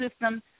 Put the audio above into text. system